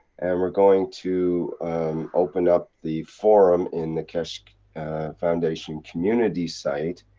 and we're going to open up the forum, in the keshe foundation community site,